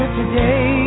today